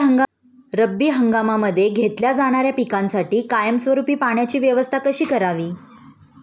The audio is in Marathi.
रब्बी हंगामामध्ये घेतल्या जाणाऱ्या पिकांसाठी कायमस्वरूपी पाण्याची व्यवस्था कशी करावी?